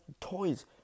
toys